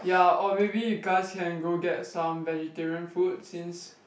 ya or maybe you guys can go get some vegetarian food since